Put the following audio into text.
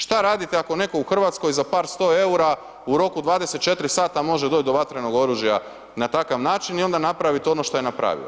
Šta radite ako netko u Hrvatskoj za par sto eura u roku 24 sata može doći do vatrenog oružja na takav način i onda napravit ono što je napravio?